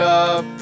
up